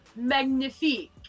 magnifique